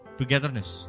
togetherness